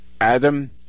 Adam